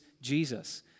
Jesus